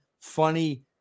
funny